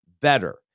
better